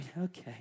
okay